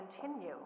continue